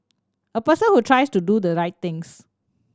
a person who tries to do the right things